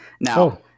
now